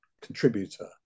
contributor